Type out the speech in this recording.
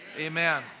Amen